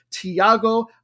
Tiago